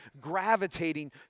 gravitating